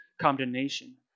condemnation